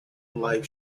live